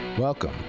welcome